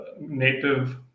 native